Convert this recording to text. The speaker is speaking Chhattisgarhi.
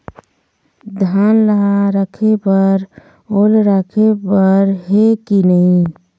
धान ला रखे बर ओल राखे बर हे कि नई?